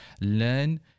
learn